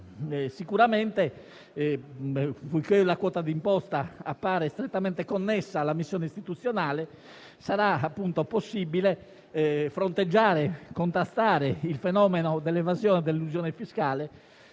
esempio, poiché la quota di imposta appare strettamente connessa alla missione istituzionale, sarà possibile contrastare il fenomeno dell'evasione e dell'elusione fiscale